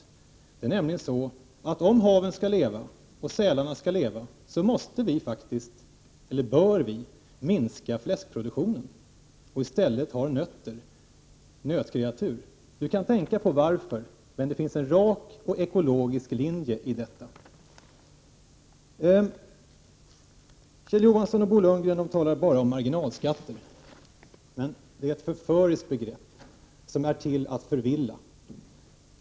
Om haven skall leva och sälarna skall leva, bör vi minska fläskproduktionen och i stället ha nötkreatur. Kjell Johansson kan tänka på varför, men det finns en rak och ekologisk linje i detta. Kjell Johansson och Bo Lundgren talar bara om marginalskatter. Det är ett förföriskt begrepp som är till för att förvilla.